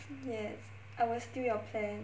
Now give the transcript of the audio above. yes I will steal your plan